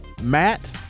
Matt